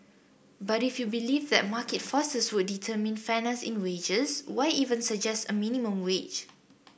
but if you believe that market forces would determine fairness in wages why even suggest a minimum wage